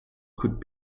could